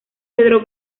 pedro